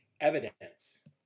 evidence